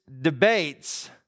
debates